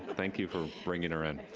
but thank you for bringing her in.